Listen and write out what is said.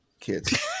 Kids